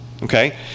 Okay